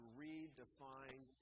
redefine